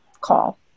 call